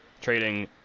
trading